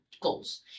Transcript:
goals